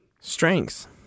Strengths